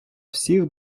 всіх